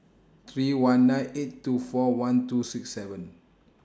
three one nine eight two four one two six seven